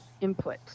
input